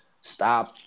stop